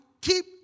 keep